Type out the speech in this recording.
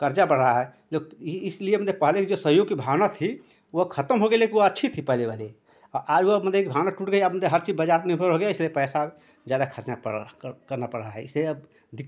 क़र्ज़ा बढ़ रहा है तो इसलिए जो पहले जो सहयोग की भावना थी वो ख़त्म हो गई लेकिन वो अच्छी थी पहले वाली और आज वो मेले की भावना टूट गई अब मत् हर चीज़ इसलिए पैसा ज़्यादा खर्चना पड़ रहा करना पड़ रहा इसे अब दिक